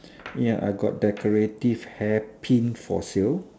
ya I got decorative hair pin for sale